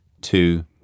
Two